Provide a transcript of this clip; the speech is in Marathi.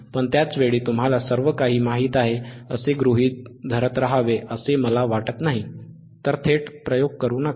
पण त्याच वेळी तुम्हाला सर्व काही माहित आहे असे गृहीत धरत राहावे असे मला वाटत नाही तर थेट प्रयोग करू नका